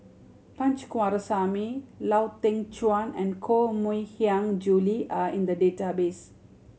Punch Coomaraswamy Lau Teng Chuan and Koh Mui Hiang Julie are in the database